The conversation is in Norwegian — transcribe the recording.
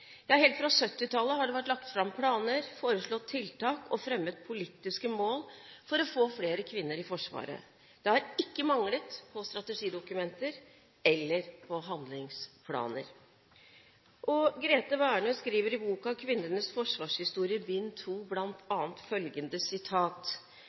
Helt fra 1970-tallet har det vært lagt fram planer, foreslått tiltak og fremmet politiske mål for å få flere kvinner i Forsvaret. Det har ikke manglet på strategidokumenter eller handlingsplaner. Grethe Værnø skriver i boka Kvinnenes forsvarshistorie, bind II: